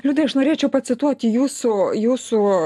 liudai aš norėčiau pacituoti jūsų jūsų